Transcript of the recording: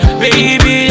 baby